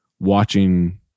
watching